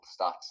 stats